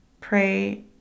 pray